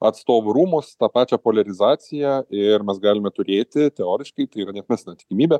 atstovų rūmus tą pačią poliarizaciją ir mes galime turėti teoriškai tai yra neatmestina tikimybė